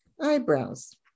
eyebrows